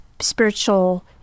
spiritual